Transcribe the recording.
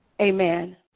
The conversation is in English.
amen